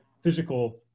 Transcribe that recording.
physical